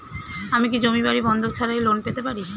আমি কি জমি বাড়ি বন্ধক ছাড়াই লোন পেতে পারি?